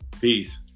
Peace